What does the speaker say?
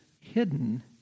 hidden